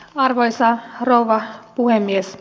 arvoisa rouva puhemies